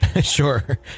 Sure